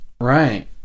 right